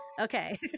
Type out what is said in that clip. Okay